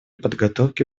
подготовке